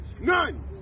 None